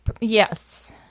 Yes